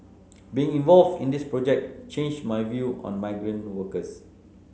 being involved in this project changed my view on migrant workers